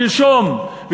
שלשום,